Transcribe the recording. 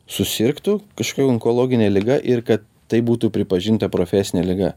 susirgtų kažkokia onkologine liga ir kad tai būtų pripažinta profesinė liga